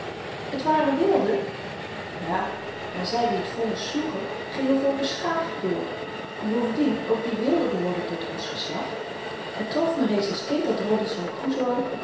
t waren wilden ja maar zy die t vonnis sloegen gingen voor beschaafd door en bovendien ook die wilden behooren tot ons geslacht het trof me reeds als kind dat robinson